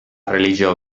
religió